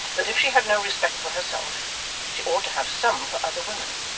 that if she had no respect for herself she ought to have some for other women,